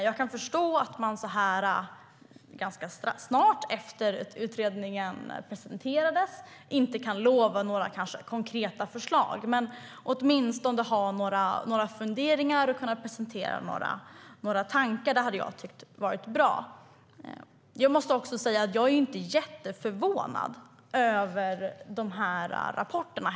Jag kan förstå att man så här ganska snart efter det att utredningen presenterades kanske inte kan lova några konkreta förslag. Men man borde åtminstone kunna ha några funderingar och presentera några tankar; det hade jag tyckt varit bra. Jag måste också säga att jag inte är jätteförvånad över rapporterna.